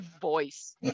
voice